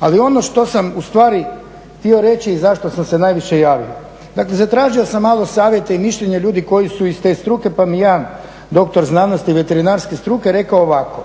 Ali ono što sam ustvari htio reći i zašto sam se najviše javio. Dakle, zatražio sam malo savjete i mišljenje ljudi koji su iz te struke pa mi jedan doktor znanosti, veterinarske struke rekao ovako: